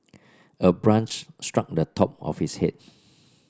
a branch struck the top of his head